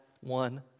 one